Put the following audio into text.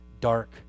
dark